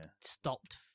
stopped